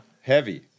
Heavy